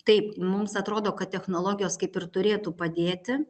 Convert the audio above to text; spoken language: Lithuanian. taip mums atrodo kad technologijos kaip ir turėtų padėti